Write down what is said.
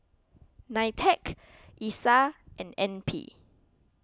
Nitec Isa and N P